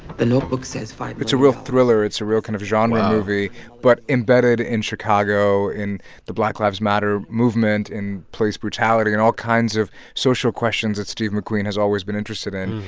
the notebook says five. it's a real thriller. it's a real kind of genre movie but embedded in chicago, in the black lives matter movement, in police brutality and all kinds of social questions that steve mcqueen has always been interested in.